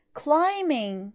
climbing